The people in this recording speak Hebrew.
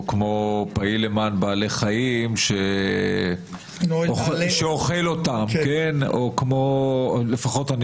או כמו פעיל למען בעלי חיים שאוכל אותם לפחות אני